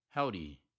Howdy